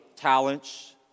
talents